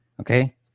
Okay